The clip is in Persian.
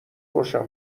خوشم